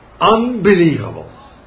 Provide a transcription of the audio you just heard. Unbelievable